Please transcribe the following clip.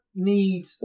need